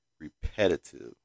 repetitive